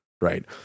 right